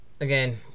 again